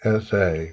SA